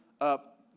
up